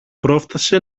πρόφθασε